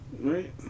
right